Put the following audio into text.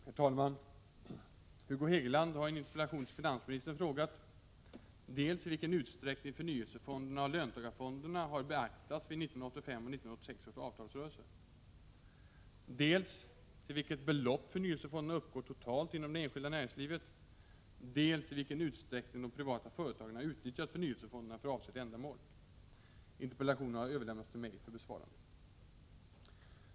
Herr talman! Hugo Hegeland har i en interpellation till finansministern frågat dels i vilken utsträckning förnyelsefonderna och löntagarfonderna har beaktats vid 1985 och 1986 års avtalsrörelser, dels i vilken utsträckning de privata företagen har utnyttjat förnyelsefonderna för avsett ändamål. Interpellationen har överlämnats till mig för besvarande. 1.